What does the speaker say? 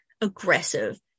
aggressive